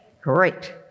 great